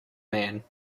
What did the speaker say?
man